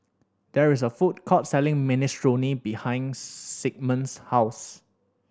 there is a food court selling Minestrone behind Sigmund's house